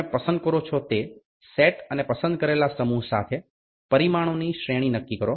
તમે પસંદ કરો છો તે સેટ અને પસંદ કરેલા સમૂહ સાથે પરિમાણોની શ્રેણી નક્કી કરો